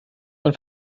von